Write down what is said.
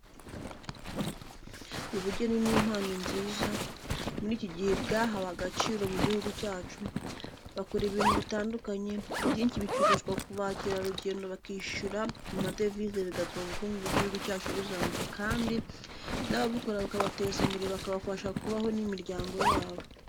Ubugeni ni impano nziza, muri iki gihe bwahawe agaciro mu gihugu cyacu, bakora ibintu bitandukanye, ibyinshi bicuruzwa ku ba kerarugendo bakishyura mu madevize bigatuma ubukungu bw'igihugu cyacu buzamuka kandi n'ababukora bukabateza imbere bakabasha kubaho n'imiryango yabo.